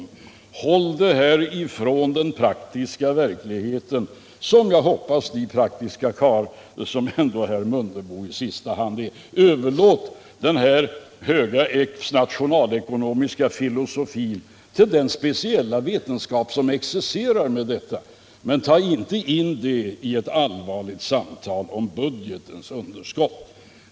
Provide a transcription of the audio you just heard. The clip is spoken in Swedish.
Håll detta ifrån den praktiska verkligheten! Överlåt, herr Mundebo, som den praktiska karl jag ändå hoppas och tror att herr Mundebo är, denna höga nationalekonomiska filosofi till den speciella vetenskap som exercerar med sådana ting. Tag inte in det här i ett allvarligt samtal om budgetunderskott!